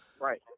Right